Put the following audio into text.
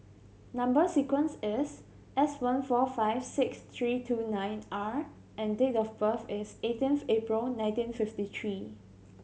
number sequence is S one four five six three two nine R and date of birth is eighteenth April nineteen fifty three